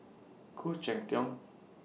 Khoo Cheng Tiong